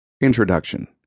introduction